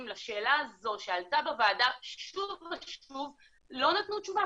לשאלה הזו שעלתה בוועדה שוב ושוב לא נתנו תשובה,